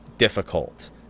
Difficult